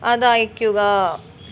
അത് അയയ്ക്കുക